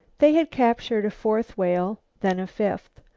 they had captured a fourth whale, then a fifth.